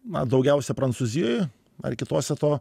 na daugiausia prancūzijoje ar kitose to